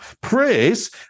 Praise